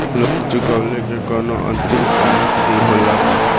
Loan चुकवले के कौनो अंतिम तारीख भी होला का?